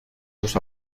los